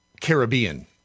Caribbean